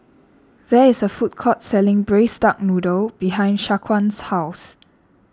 there is a food courts selling Braised Duck Noodle behind Shaquan's house